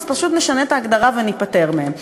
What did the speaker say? אז פשוט נשנה את ההגדרה וניפטר מהם.